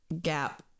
gap